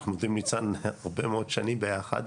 אנחנו עובדים עם ניצן, הרבה מאוד שנים ביחד.